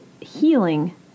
healing